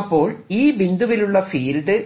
അപ്പോൾ ഈ ബിന്ദുവിലുള്ള ഫീൽഡ്